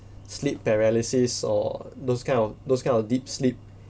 sleep paralysis or those kind of those kind of deep sleep